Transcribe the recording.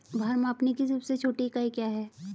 भार मापने की सबसे छोटी इकाई क्या है?